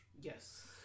Yes